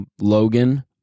Logan